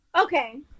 Okay